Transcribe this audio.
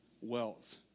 wealth